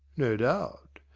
no doubt.